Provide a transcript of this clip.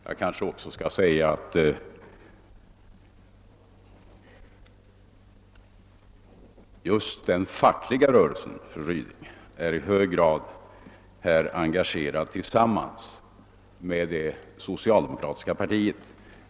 Jag kanske också skall nämna att den fackliga rörelsen, fru Ryding, är livligt engagerad på detta område tillsammans med det socialdemokratiska partiet.